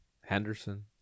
Henderson